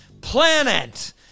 Planet